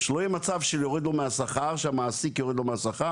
שלא יהיה מצב שהמעסיק יוריד לו מהשכר,